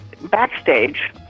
backstage